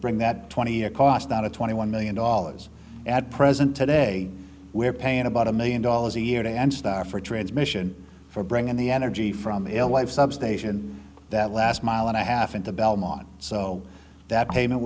bring that twenty year cost down to twenty one million dollars at present today we're paying about a million dollars a year to end star for transmission for bringing the energy from the l ife substation that last mile and a half into belmont so that payment